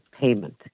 payment